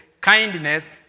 kindness